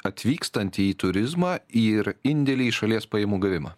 atvykstantį turizmą ir indėlį į šalies pajamų gavimą